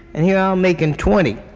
and here i'm making twenty.